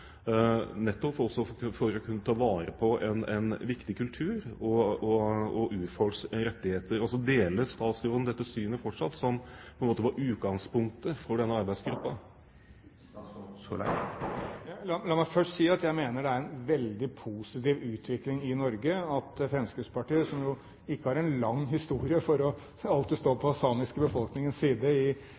nettopp også for å kunne ta vare på en viktig kultur og urfolks rettigheter. Deler statsråden fortsatt dette synet, som på en måte var utgangspunktet for denne arbeidsgruppen? La meg først si at jeg mener det er en veldig positiv utvikling i Norge at Fremskrittspartiet, som ikke har en lang historie for alltid å stå på den samiske befolkningens side i